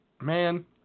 man